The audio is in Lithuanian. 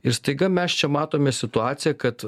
ir staiga mes čia matome situaciją kad